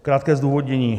Krátké zdůvodnění.